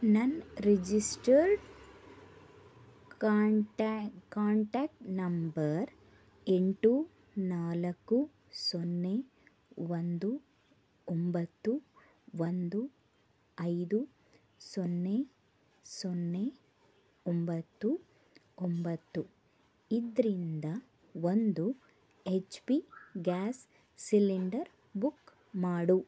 ನನ್ನ registered contact contact number ಎಂಟು ನಾಲ್ಕು ಸೊನ್ನೆ ಒಂದು ಒಂಬತ್ತು ಒಂದು ಐದು ಸೊನ್ನೆ ಸೊನ್ನೆ ಒಂಬತ್ತು ಒಂಬತ್ತು ಇದರಿಂದ ಒಂದು H P gas cylinder book ಮಾಡು